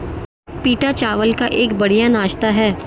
पीटा चावल का एक बढ़िया नाश्ता बनता है